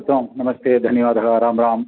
उत्तमं नमस्ते धन्यवादः रां राम्